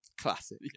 Classic